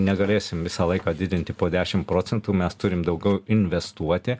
negalėsim visą laiką didinti po dešim procentų mes turim daug investuoti